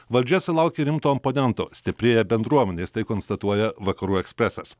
valdžia sulaukė rimto oponento stiprėja bendruomenės tai konstatuoja vakarų ekspresas